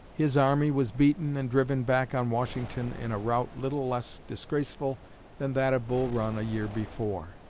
his army was beaten and driven back on washington in a rout little less disgraceful than that of bull run a year before.